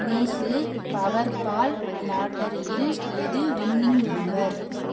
நேத்து பவர்பால் லாட்டரியில் எது வின்னிங் நம்பர்